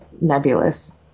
nebulous